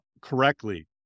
correctly